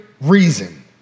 reason